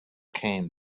came